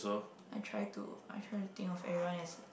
I try to I try to think of everyone as